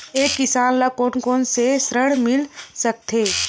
एक किसान ल कोन कोन से ऋण मिल सकथे?